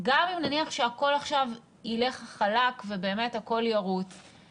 גם אם נניח שהכול עכשיו ילך חלק ובאמת הכול ירוץ,